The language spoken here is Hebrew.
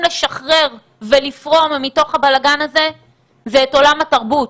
לשחרר ולפרום מתוך הבלגן הזה זה את עולם התרבות.